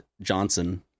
Johnson